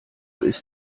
ist